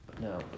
No